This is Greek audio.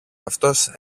αυτός